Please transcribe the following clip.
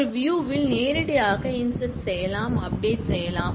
ஒரு வியூவில் நேரடியாக இன்ஸெர்ட் செய்யலாம் அப்டேட் செய்யலாம்